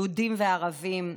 יהודים וערבים,